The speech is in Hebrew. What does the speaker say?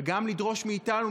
וגם לדרוש מאיתנו,